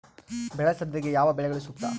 ಬೆಳೆ ಸರದಿಗೆ ಯಾವ ಬೆಳೆಗಳು ಸೂಕ್ತ?